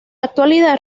actualidad